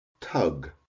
tug